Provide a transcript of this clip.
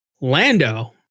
Lando